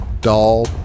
doll